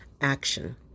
action